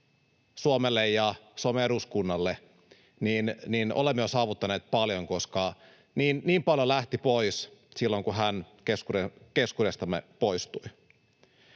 Suomelle ja Suomen eduskunnalle, olemme jo saavuttaneet paljon. Niin paljon lähti pois silloin kun hän keskuudestamme poistui.